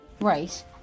Right